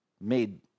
made